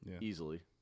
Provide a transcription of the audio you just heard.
easily